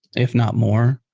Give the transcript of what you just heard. if not more.